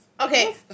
Okay